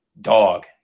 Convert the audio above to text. Dog